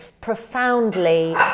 profoundly